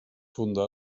fundà